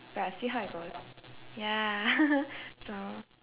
but see how it goes ya so